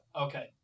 Okay